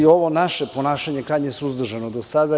Ovo naše ponašanje je krajnje suzdržano do sada.